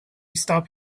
stop